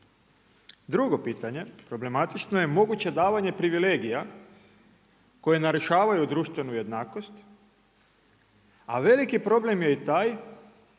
Drugo pitanje problematično je, moguće davanje privilegija koje narušavaju društvenu jednakost, a veliki problem je i taj